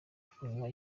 kunywa